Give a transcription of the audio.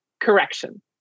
Correction